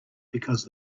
because